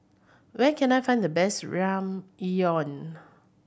where can I find the best Ramyeon